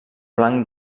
blanc